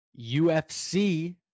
UFC